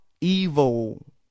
evil